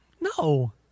No